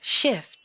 shift